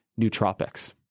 nootropics